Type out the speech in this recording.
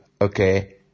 Okay